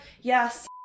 yes